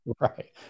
right